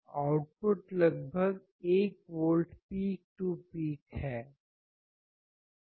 output लगभग 1 volt peak to peak है